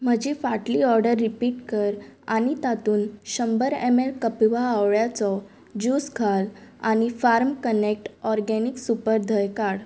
म्हजी फाटली order repeat कर आनी तातूंत शंबर एमएल कपिवा आंवळ्याचो जूस घाल आनी फार्म कनॅक्ट ऑर्गेनीक सुपर धंय काड